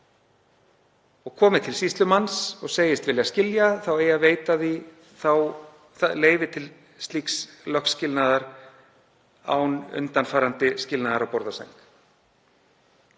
og komið til sýslumanns og segist vilja skilja þá eigi að veita því leyfi til lögskilnaðar án undanfarandi skilnaðar að borði og